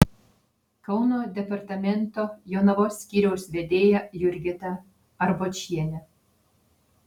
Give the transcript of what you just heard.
kauno departamento jonavos skyriaus vedėja jurgita arbočienė